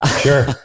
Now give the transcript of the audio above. Sure